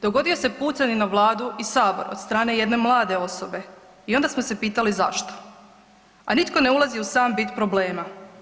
Dogodio se pucanje na Vladu i Sabor od strane jedne mlade osobe i onda smo se pitali zašto, a nitko ne ulazi u sam bit problema.